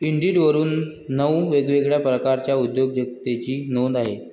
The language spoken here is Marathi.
इंडिडवर नऊ वेगवेगळ्या प्रकारच्या उद्योजकतेची नोंद आहे